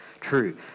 true